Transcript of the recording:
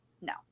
no